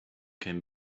came